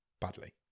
Badly